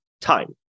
time